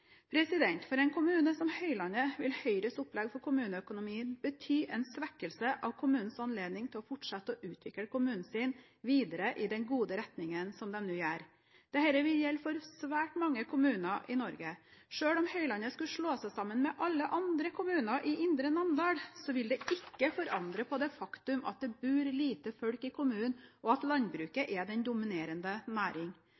kommuner. For en kommune som Høylandet vil Høyres opplegg for kommuneøkonomien bety en svekkelse av kommunens anledning til å fortsette å utvikle kommunen videre i den gode retningen som de nå gjør. Dette vil gjelde for svært mange kommuner i Norge. Selv om Høylandet skulle slå seg sammen med alle andre kommuner i Indre Namdal, vil ikke det forandre på det faktum at det bor lite folk i kommunen, og at